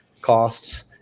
costs